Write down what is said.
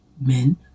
men